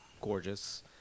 gorgeous